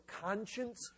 conscience